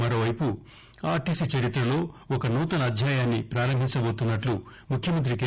మరోవైపు ఆర్టీసీచరిత్రలో ఒక నూతన అధ్యాయాన్ని పారంభించబోతున్నట్లు ముఖ్యమంతి కె